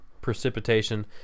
precipitation